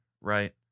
right